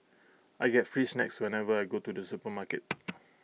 I get free snacks whenever I go to the supermarket